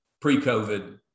pre-COVID